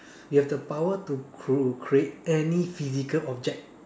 mm you have the power to create any physical object